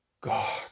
God